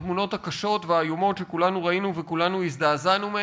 בתמונות הקשות והאיומות שכולנו ראינו וכולנו הזדעזענו מהן,